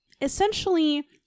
Essentially